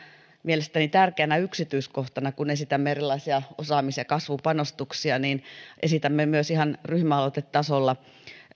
mielestäni tärkeänä yksityiskohtana kun esitämme erilaisia osaamis ja kasvupanostuksia että esitämme myös ihan ryhmäaloitetasolla